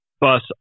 bus